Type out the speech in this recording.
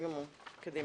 בבקשה.